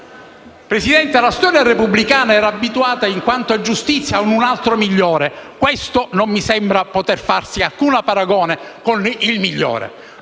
Presidente, la storia repubblicana era abituata in quanto a giustizia a un altro Migliore. Questo non mi sembra si possa paragonare con il Migliore.